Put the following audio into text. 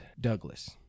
Douglas